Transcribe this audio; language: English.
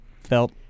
felt